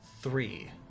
three